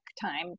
time